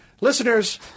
Listeners